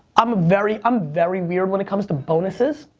um very um very weird when it comes to bonuses.